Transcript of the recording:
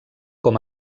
com